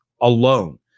alone